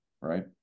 right